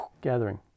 gathering